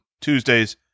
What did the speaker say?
Tuesdays